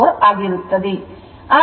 04 ಆಗಿರುತ್ತದೆ